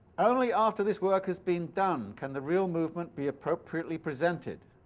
only after this work has been done can the real movement be appropriately presented.